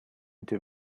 into